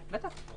בטח.